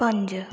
पंज